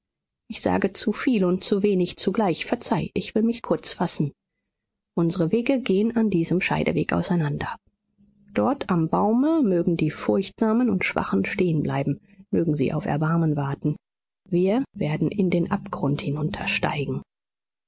ich sage zu viel und zu wenig zugleich verzeih ich will mich kurz fassen unsere wege gehen an diesem scheidewege auseinander dort am baume mögen die furchtsamen und schwachen stehen bleiben mögen sie auf erbarmen warten wir werden in den abgrund